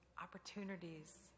opportunities